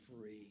free